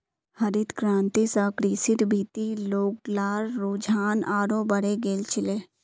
हरित क्रांति स कृषिर भीति लोग्लार रुझान आरोह बढ़े गेल छिले